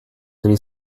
allez